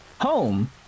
home